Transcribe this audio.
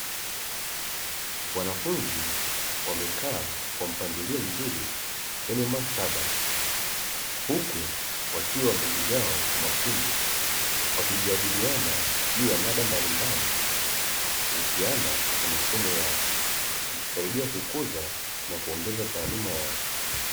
Wanafunzi wamekaa kwa mpangilio mzuri kwenye maktaba, huku wakiwa wamejigawa kwa makundi wakijadiliana juu ya mada mbalimbali kuhusiana na masomo yao; ikisaidia kukuza na kuongeza taaluma yao.